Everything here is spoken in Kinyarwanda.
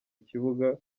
kibuga